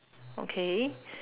okay